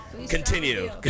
Continue